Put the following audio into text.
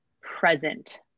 present